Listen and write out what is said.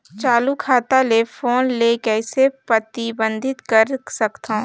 चालू खाता ले फोन ले कइसे प्रतिबंधित कर सकथव?